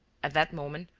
at that moment,